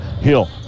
Hill